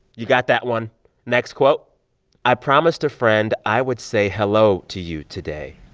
you got that one next quote i promised a friend i would say hello to you today.